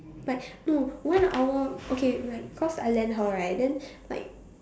like no when our okay like cause I lend her right then like